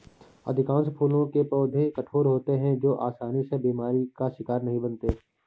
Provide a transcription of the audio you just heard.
अधिकांश फूलों के पौधे कठोर होते हैं जो आसानी से बीमारी का शिकार नहीं बनते